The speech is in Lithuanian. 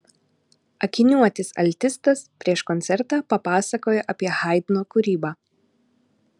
akiniuotis altistas prieš koncertą papasakojo apie haidno kūrybą